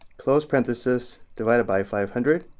close parenthesis, divided by five hundred,